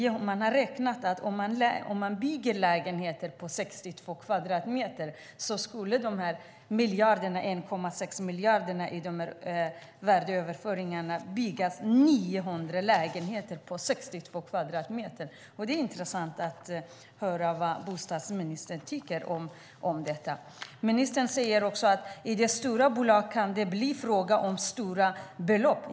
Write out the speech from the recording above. Om man bygger lägenheter på 62 kvadratmeter skulle man med de 1,6 miljarderna i värdeöverföringarna kunna bygga 900 lägenheter på 62 kvadratmeter. Det är intressant att höra vad bostadsministern tycker om detta. Ministern säger också att det i stora bolag kan bli fråga om stora belopp.